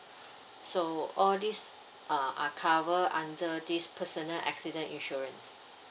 so all this uh are cover under this personal accident insurance